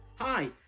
Hi